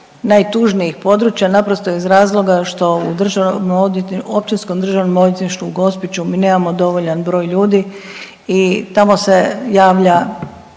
najtužnijih područja naprosto iz razloga iz što u državnom, Općinskom državnom odvjetništvu u Gospiću mi nemamo dovoljan broj ljudi i tamo se javlja